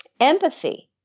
empathy